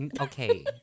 Okay